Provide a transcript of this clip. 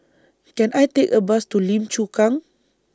Can I Take A Bus to Lim Chu Kang